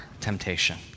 temptation